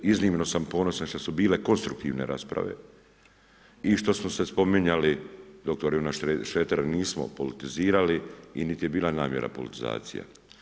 Iznimno sam ponosan što su bile konstruktivne rasprave i što smo se spominjali dr. Ivana Šretera nismo politizirali, niti je bila namjera politizacija.